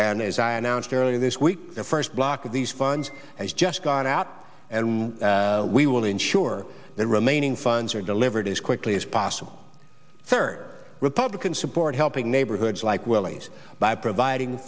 and as i announced earlier this week the first block of these funds has just gone out and we will ensure the remaining funds are delivered as quickly as possible third republican support helping neighborhoods like willies by providing